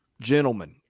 Gentlemen